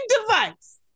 device